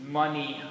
money